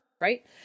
right